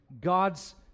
God's